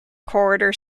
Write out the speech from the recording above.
corridor